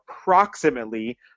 approximately